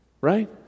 Right